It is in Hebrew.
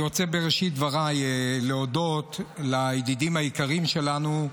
בראשית דבריי אני רוצה להודות לידידים העיקריים שלנו,